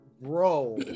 Bro